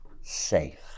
safe